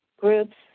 groups